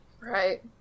right